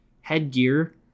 Headgear